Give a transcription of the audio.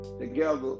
together